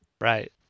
Right